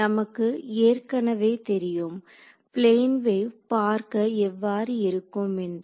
நமக்கு ஏற்கனவே தெரியும் பிளேன் வேவ் பார்க்க எவ்வாறு இருக்கும் என்று